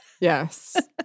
Yes